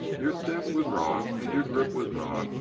your stance was wrong, and your grip was wrong,